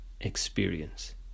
experience